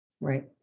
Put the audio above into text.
Right